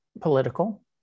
political